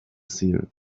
seer